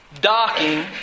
docking